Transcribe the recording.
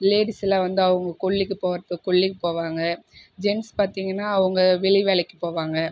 லேடீஸ்லாம் வந்து அவங்க கொல்லிக்கு போகறது கொல்லிக்கு போவாங்க ஜென்ட்ஸ் பார்த்திங்கன்னா அவங்க வெளி வேலைக்கு போவாங்க